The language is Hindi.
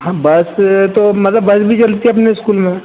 हम बस तो मतलब बस भी चलती है अपने स्कूल में